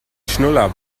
schnuller